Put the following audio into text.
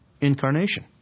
incarnation